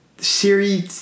Siri